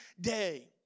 day